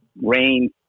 rain